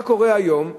מה קורה היום?